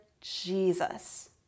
Jesus